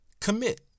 commit